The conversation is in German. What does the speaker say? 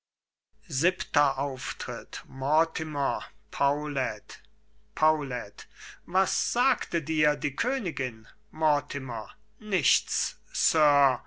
ihm paulet mortimer paulet paulet was sagte dir die königin mortimer nichts